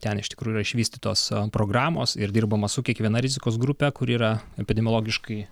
ten iš tikrųjų yra išvystytos programos ir dirbama su kiekviena rizikos grupe kuri yra epidemiologiškai